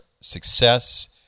success